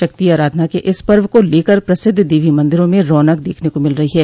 शक्ति आराधना के इस पर्व को लेकर प्रसिद्ध देवी मंदिरों में रौनक देखने को मिल रही है